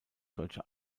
deutsche